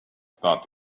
thought